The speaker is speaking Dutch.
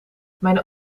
mijn